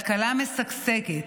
כלכלה משגשגת,